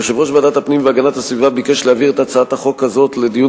יושב-ראש ועדת הפנים והגנת הסביבה ביקש להעביר את הצעת החוק הזאת לדיון